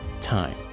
time